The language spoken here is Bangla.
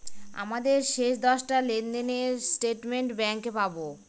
আমাদের শেষ দশটা লেনদেনের স্টেটমেন্ট ব্যাঙ্কে পাবো